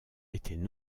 étaient